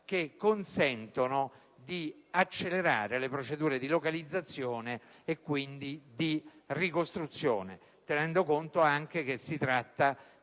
che consentano di accelerare le procedure di localizzazione e quindi di ricostruzione, tenendo conto che si tratta